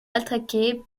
attaqués